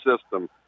system